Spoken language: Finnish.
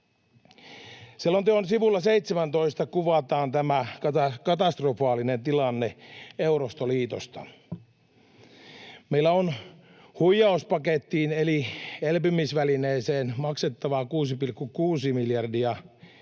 Selonteon sivulla 17 kuvataan tämä katastrofaalinen tilanne Eurostoliitosta. Meillä on huijauspakettiin eli elpymisvälineeseen maksettavaa 6,6 miljardia,